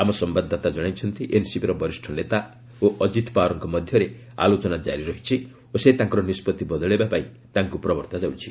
ଆମ ସମ୍ଭାଦଦାତା ଜଣାଇଛନ୍ତି ଏନ୍ସିପିର ବରିଷ ନେତା ଓ ଅକ୍ଷିତ ପାୱାରଙ୍କ ମଧ୍ୟରେ ଆଲୋଚନା କ୍କାରି ରହିଛି ଓ ସେ ତାଙ୍କର ନିଷ୍ପତ୍ତି ବଦଳାଇବା ପାଇଁ ତାଙ୍କୁ ପ୍ରବର୍ତ୍ତା ଯାଉଛି